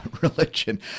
religion